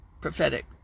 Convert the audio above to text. prophetic